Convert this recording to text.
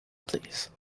please